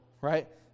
right